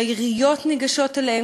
והעיריות ניגשות אליהם,